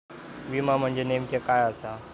विमा म्हणजे नेमक्या काय आसा?